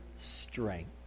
strength